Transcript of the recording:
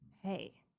hey